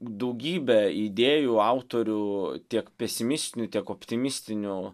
daugybę idėjų autorių tiek pesimistinių tiek optimistinių